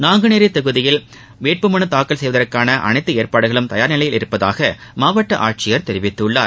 நாங்குநேரி தொகுதியில் வேட்புமனு தாக்கல் செய்வதற்கான அனைத்து ஏற்பாடுகளும் தயாா் நிலையில் உள்ளதாக மாவட்ட ஆட்சியர் தெரிவித்துள்ளார்